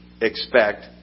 expect